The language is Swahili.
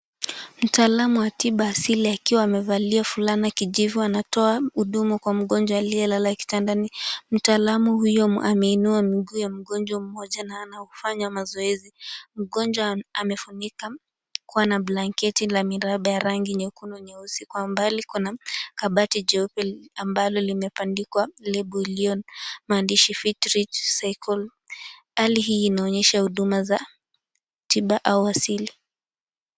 Mtaalam wa tiba asili akiwa amevalia fulana ya kijivu ,anatoa huduma kwa mgonjwa aliyelala kitandani . Mtaalam huyo ameinua miguu ya mgonjwa mmoja anaufanya mazoezi. Mgonjwa ame, amefunikwa kwa blanketi la miraba ya rangi nyekundu nyeusi, kwa mbali kuna kabati jeupe ,ambalo limebandikwa label iliyomaandishi vitri cycle .Hali hii inaonyesha huduma za tiba au asili.